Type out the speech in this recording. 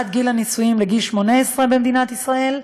גיל הנישואים לגיל 18 במדינת ישראל.